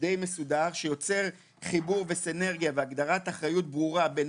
שיוצר חיבור וסינרגיה והגדרת אחריות ברורה בין